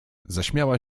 zaśmiała